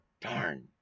Darn